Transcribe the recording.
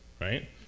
right